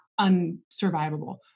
unsurvivable